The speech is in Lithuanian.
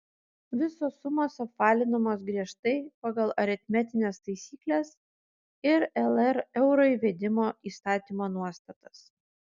visos sumos apvalinamos griežtai pagal aritmetines taisykles ir lr euro įvedimo įstatymo nuostatas